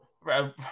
right